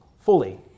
fully